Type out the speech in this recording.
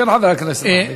כן, חבר הכנסת טיבי.